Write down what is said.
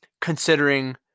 Considering